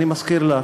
אני מזכיר לך,